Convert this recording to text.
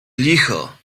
licho